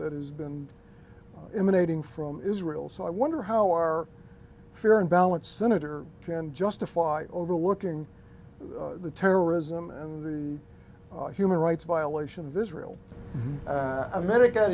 that has been imitating from israel so i wonder how our fair and balanced senator can justify overlooking the terrorism and the human rights violation of israel america